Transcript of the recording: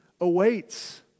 awaits